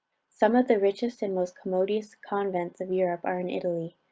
some of the richest and most commodious convents of europe are in italy.